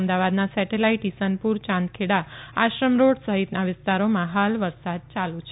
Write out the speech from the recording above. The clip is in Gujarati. અમદાવાદના સેટેલાઇટ ઇસનપુર ચાંદખેડા આશ્રમ રોડ સહિતના વિસ્તારોમાં હાલ વરસાદ ચાલુ છે